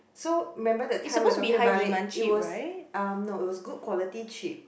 so remember that time we was talking about it it was uh no it was good quality cheap